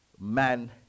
man